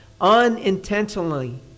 unintentionally